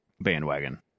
bandwagon